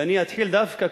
ואני אתחיל דווקא,